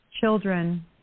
children